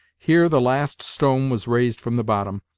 here the last stone was raised from the bottom,